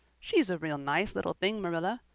she's a real nice little thing, marilla.